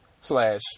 slash